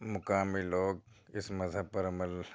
مقامی لوگ اِس مذہب پر عمل